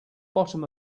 bottom